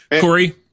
Corey